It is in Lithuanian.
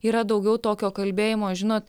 yra daugiau tokio kalbėjimo žinot